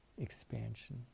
expansion